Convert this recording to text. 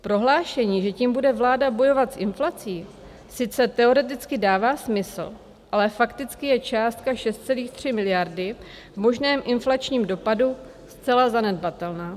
Prohlášení, že tím bude vláda bojovat s inflací, sice teoreticky dává smysl, ale fakticky je částka 6,3 miliardy v možném inflačním dopadu zcela zanedbatelná.